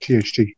THT